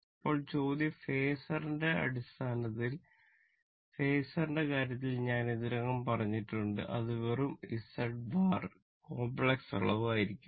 ഇപ്പോൾ ചോദ്യം ഫാസറിന്റെ ആയിരിക്കും